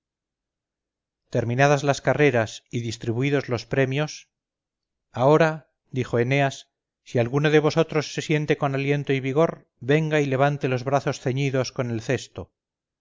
terminadas las carreras y distribuidos los premios ahora dijo eneas si alguno de vosotros se siente con aliento y vigor venga y levante los brazos ceñidos con el cesto